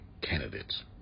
candidates